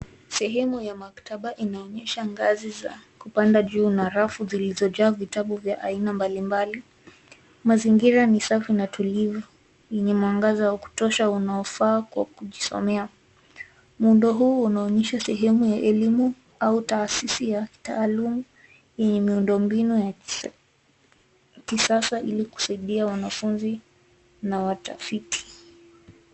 Sehemu ya maktaba inaonyesha ngazi za kupanda juu na rafu zilizojaa vitabu vya aina mbali mbali. Mazingira ni safi na tulivu enye mwangaza wa kutosha unaofaa kwa kujisomea. Muundo huu unaonyesha sehemu ya elimu au tasisi ya taluum neye miundo mbinu ya kisasa ili kusaidia wanafunzi na watafiti.